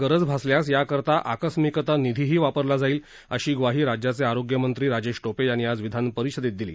गरज भासल्यास याकरता आकस्मिकता निधीही वापरला जाईल अशी ग्वाही राज्याचे आरोग्यमंत्री राजेश टोपे यांनी आज विधान परिषदेत दिली